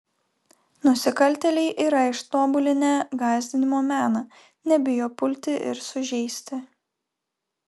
nusikaltėliai yra ištobulinę gąsdinimo meną nebijo pulti ir sužeisti